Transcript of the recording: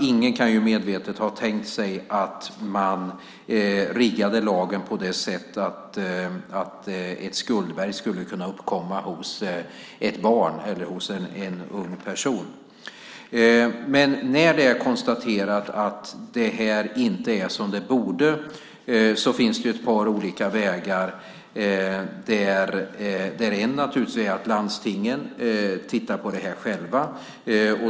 Ingen kan medvetet ha tänkt sig att man riggade lagen på det sättet att ett skuldberg skulle kunna uppkomma hos ett barn eller en ung person. När det är konstaterat att det här inte är som det borde finns det ett par olika vägar att gå. En är att landstingen tittar på detta själva.